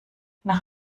nach